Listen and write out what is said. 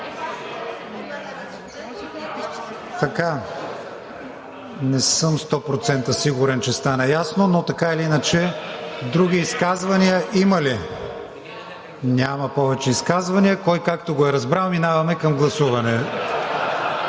Не съм 100% сигурен, че стана ясно, но така или иначе има ли други изказвания? Няма повече изказвания. Кой както го е разбрал, преминаваме към гласуване.